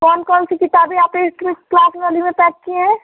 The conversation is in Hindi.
कौन कौन सी किताब है आप एट्थ में क्लास वाली में पैक किये हैं